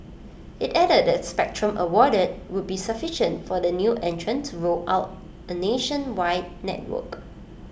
IT added the spectrum awarded would be sufficient for the new entrant to roll out A nationwide network